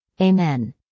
Amen